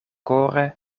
kore